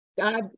God